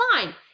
fine